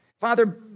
Father